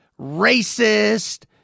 racist